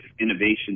innovation